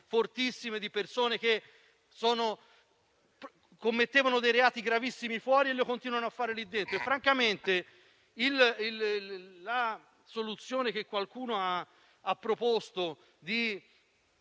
larghissime di persone che commettevano reati gravissimi fuori e li continuano a commettere lì dentro. Francamente, rispetto alla soluzione che qualcuno ha proposto di